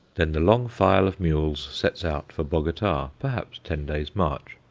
then the long file of mules sets out for bogota, perhaps ten days' march,